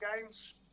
games